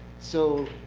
so